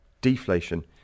deflation